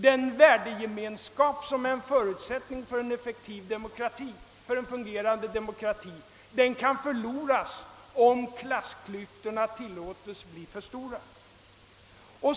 Den värdegemenskap som är en förutsättning för en fungerande demokrati kan förloras, om klassklyftorna tillåts bli för stora.